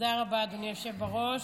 תודה רבה, אדוני היושב-ראש.